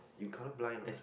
you colourblind what